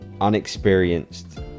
Unexperienced